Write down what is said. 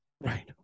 right